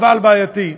אבל בעייתי.